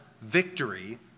victory